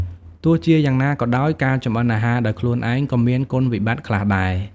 ទោះជាយ៉ាងណាក៏ដោយ ការចម្អិនអាហារដោយខ្លួនឯងក៏មាន គុណវិបត្តិ ខ្លះដែរ។